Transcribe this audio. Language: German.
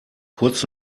kurz